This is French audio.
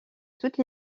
toutes